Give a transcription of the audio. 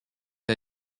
der